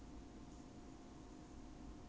she okay with brushing right